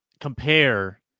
compare